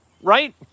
right